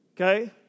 Okay